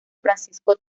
francisco